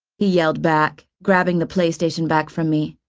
he yelled back, grabbing the playstation back from me.